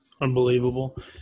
Unbelievable